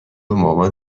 مامان